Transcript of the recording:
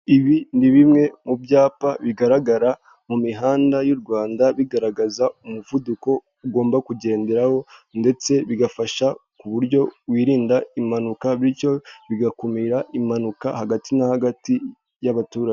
Ibi ni bimwe mu byapa bigaragara mu mihanda y'u Rwanda, bigaragaza umuvuduko ugomba kugenderaho, ndetse bigafasha ku buryo wirinda impanuka, bityo bigakumira impanuka hagati no hagati y'abaturage.